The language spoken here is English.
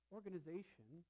Organization